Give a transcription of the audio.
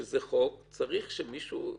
שזה חוק, צריך שמישהו,